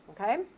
Okay